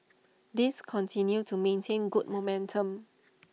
these continue to maintain good momentum